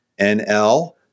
NL